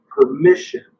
permission